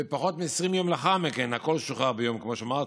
ופחות מ-20 יום לאחר מכן הכול שוחרר, כמו שאמרתי,